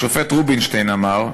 השופט רובינשטיין אמר: